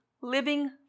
living